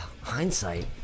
hindsight